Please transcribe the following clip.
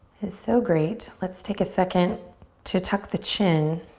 is so great. let's take a second to tuck the chin,